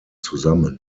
zusammen